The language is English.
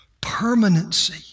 permanency